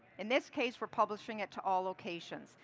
in this case, we're publishing it to all locations.